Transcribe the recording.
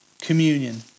communion